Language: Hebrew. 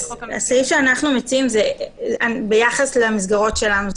הסעיף שאנחנו מציעים זה ביחס למסגרות שלנו.